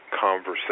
conversation